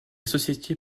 société